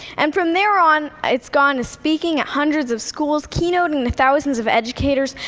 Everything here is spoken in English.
and from there on, it's gone to speaking at hundreds of schools, keynoting to thousands of educators,